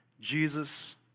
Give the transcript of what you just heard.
Jesus